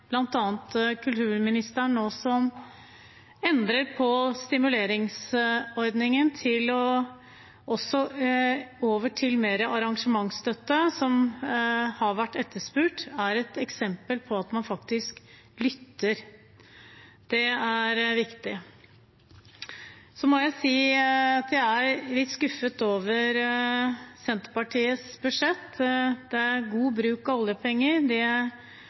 som nå endrer på stimuleringsordningen til å gå over til mer arrangementsstøtte, som har vært etterspurt, er et eksempel på at man faktisk lytter. Det er viktig. Jeg må si jeg er litt skuffet over Senterpartiets alternative budsjett. Det er god bruk av oljepenger,